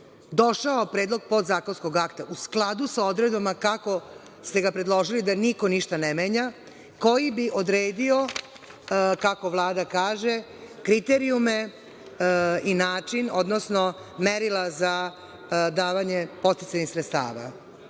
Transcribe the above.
došao predlog podzakonskog akta u skladu sa odredbama kako ste ga predložili da niko ništa ne menja, koji bi odredio, kako Vlada kaže, kriterijume i način, odnosno merila za davanje podsticajnih sredstava. Koliko